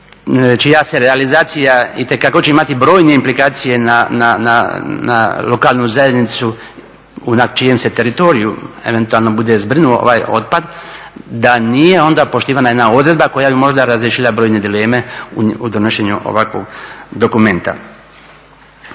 čija se realizacija itekako će imati brojne implikacije na lokalnu zajednicu na čijem se teritoriju eventualno bude zbrinuo ovaj otpad da nije onda poštivana jedna odredba koja bi možda razriješila brojne dileme u donošenju ovakvog dokumenta.